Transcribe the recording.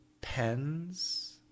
pens